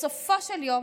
בסופו של יום